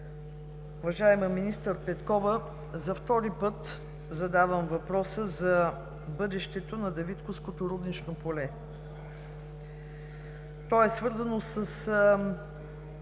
Уважаема министър Петкова, за втори път задавам въпроса за бъдещето на Давидковското руднично поле. То е свързано